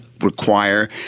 require